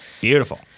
Beautiful